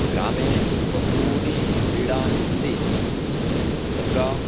ग्रामे बह्व्यः क्रीडाः सन्ति तत्र